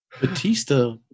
Batista